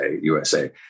USA